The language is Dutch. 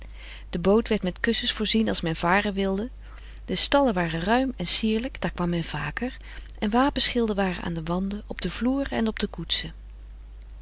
de boot werd met kussens voorzien als men varen wilde de stallen waren ruim en sierlijk daar kwam men vaker en wapenschilden waren aan de wanden op de vloeren en op de koetsen